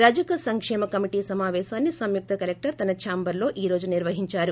రజక సంకేమ కమిటీ సమాపేశాన్ని సంయుక్త కలెక్టర్ తస ఛాంబర్లో ఈ రోజు నిర్వహించారు